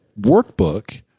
workbook